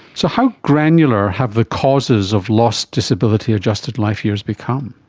so how granular have the causes of lost disability adjusted life years become?